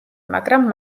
მაგრამ